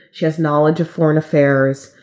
she has knowledge of foreign affairs.